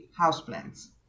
houseplants